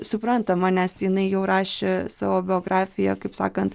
suprantama nes jinai jau rašė savo biografiją kaip sakant